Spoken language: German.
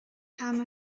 kam